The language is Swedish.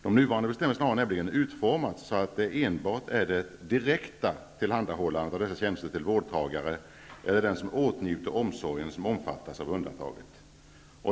De nuvarande bestämmelserna har nämligen utformats så, att det enbart är det direkta tillhandahållandet av dessa tjänster till vårdtagare eller till den som åtnjuter omsorgen som omfattas av undantaget.